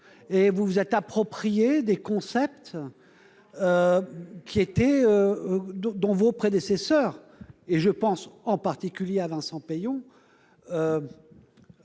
! Vous vous êtes approprié des concepts que vos prédécesseurs- je pense en particulier à Vincent Peillon